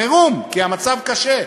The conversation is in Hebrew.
חירום כי המצב קשה,